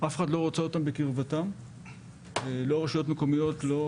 אף אחד לא רוצה אותם בקרבתם לא רשויות מקומיות; לא